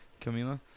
Camila